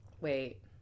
Wait